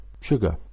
sugar